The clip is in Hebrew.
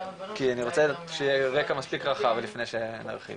כי אני רוצה שיהיה רגע מספיק רחב לפני שנרחיב.